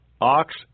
ox